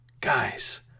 Guys